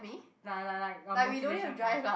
like like like a motivation force